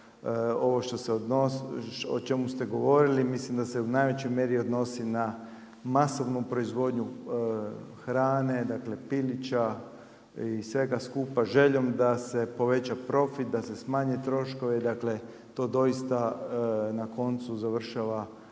ovo o čemu ste govorili mislim da se u najvećoj mjeri odnosi na masovnu proizvodnju hrane, dakle pilića i svega skupa, željom da se poveća profit, da se smanji troškove, dakle to doista na koncu završava u